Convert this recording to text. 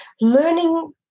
learning